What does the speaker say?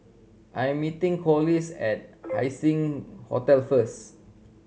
I am meeting Corliss at Haising Hotel first